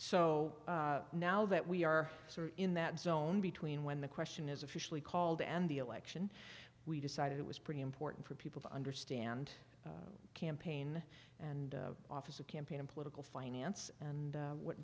so now that we are sort of in that zone between when the question is officially called and the election we decided it was pretty important for people to understand campaign and office of campaign and political finance and